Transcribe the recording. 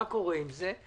מה קורה עם זה?